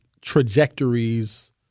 trajectories